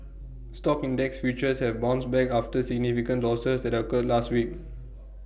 stock index futures have bounced back after significant losses that occurred last week